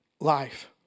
life